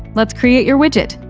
let's create your widget.